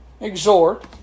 exhort